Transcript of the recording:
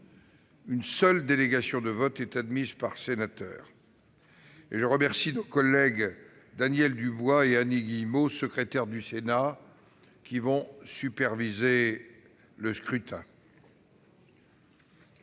Une seule délégation de vote est admise par sénateur. Je remercie nos collègues Daniel Dubois et Annie Guillemot, secrétaires du Sénat, qui vont superviser ce scrutin.